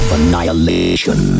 Annihilation